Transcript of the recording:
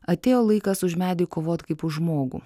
atėjo laikas už medį kovot kaip už žmogų